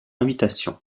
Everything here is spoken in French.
invitation